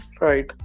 Right